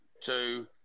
two